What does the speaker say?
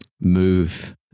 move